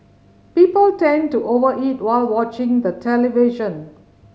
people tend to over eat while watching the television